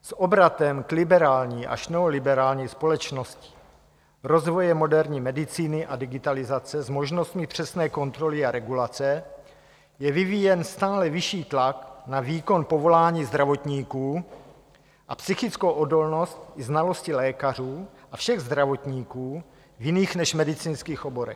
S obratem k liberální až neoliberální společnosti, rozvojem moderní medicíny a digitalizace s možnostmi přesné kontroly a regulace je vyvíjen stále vyšší tlak na výkon povolání zdravotníků a psychickou odolnost i znalosti lékařů a všech zdravotníků v jiných než medicínských oborech.